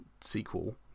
sequel